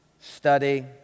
study